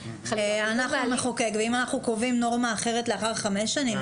אנחנו נחוקק ואם אנחנו קובעים נורמה אחרת לאחר חמש שנים,